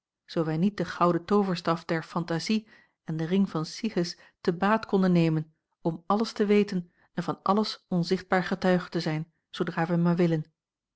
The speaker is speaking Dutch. zoo wij niet den gouden tooverstaf der phantasie en den ring van cyges te baat konden nemen om alles te weten en van alles onzichtbaar getuige te zijn zoodra wij maar willen